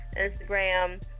Instagram